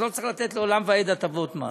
אז לא צריך לתת לעולם ועד הטבות מס.